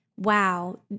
wow